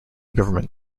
government